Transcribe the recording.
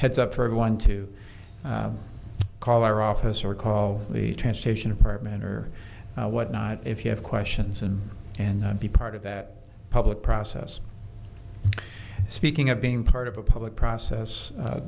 heads up for everyone to call our office or call the transportation department or whatnot if you have questions and and be part of that public process speaking of being part of a public process